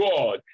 God